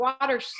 water